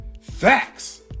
Facts